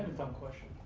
dumb question.